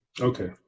okay